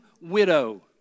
widow